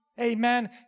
Amen